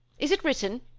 is it written?